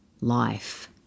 life